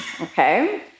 okay